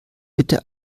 bitte